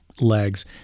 legs